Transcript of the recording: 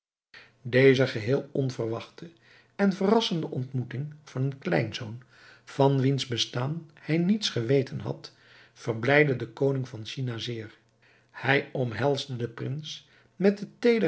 deze geheel onverwachte en verrassende ontmoeting van een kleinzoon van wiens bestaan hij niets geweten had verblijdde den koning van china zeer hij omhelsde den prins met de